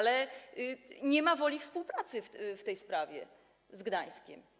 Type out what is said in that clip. Nie ma jednak woli współpracy w tej sprawie z Gdańskiem.